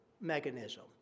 mechanism